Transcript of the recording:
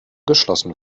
geschlossen